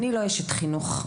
אשת חינוך.